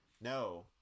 no